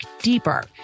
deeper